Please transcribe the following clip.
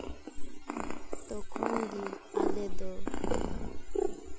ᱛᱚᱠᱷᱚᱱ ᱜᱮ ᱟᱞᱮ ᱫᱚ